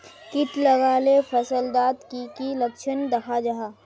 किट लगाले फसल डात की की लक्षण दखा जहा?